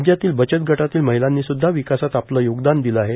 राज्यातील बचतगटातील महिलांनी सुध्दा विकासात आपले योगदान दिल आहे